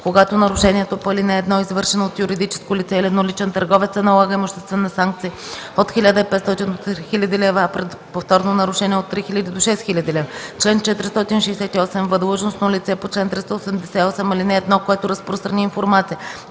Когато нарушението по ал. 1 е извършено от юридическо лице или едноличен търговец, се налага имуществена санкция от 1500 до 3000 лв., а при повторно нарушение – от 3000 до 6000 лв. Чл. 468в. Длъжностно лице по чл. 388, ал. 1, което разпространи информация,